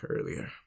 earlier